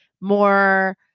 more